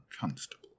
Constable